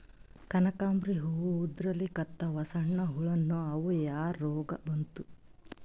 ಕನಕಾಂಬ್ರಿ ಹೂ ಉದ್ರಲಿಕತ್ತಾವ, ಸಣ್ಣ ಹುಳಾನೂ ಅವಾ, ಯಾ ರೋಗಾ ಬಂತು?